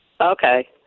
Okay